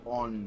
on